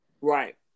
Right